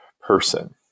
person